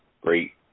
great